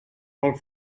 molt